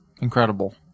Incredible